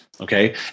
okay